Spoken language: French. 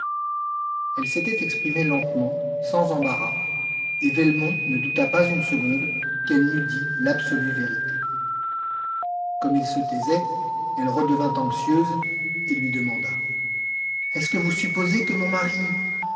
elle s'était exprimée lentement sans embarras et velmont ne douta pas une seconde qu'elle n'eût dit l'absolue vérité comme il se taisait elle redevint anxieuse et lui demanda est-ce que vous supposez que mon mari